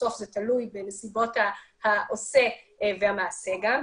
בסוף זה תלוי בנסיבות העושה והמעשה גם,